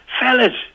Fellas